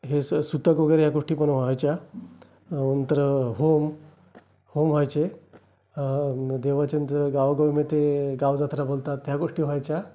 हे स सुतक वगैरे या गोष्टी पण व्हायच्या नंतर होम होम व्हायचे देवाचं गावोगावी मग ते गाव जत्रा बोलतात त्या गोष्टी व्हायच्या